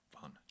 fun